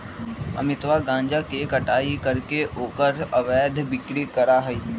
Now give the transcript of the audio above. अमितवा गांजा के कटाई करके ओकर अवैध बिक्री करा हई